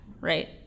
right